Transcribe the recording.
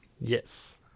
Yes